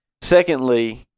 Secondly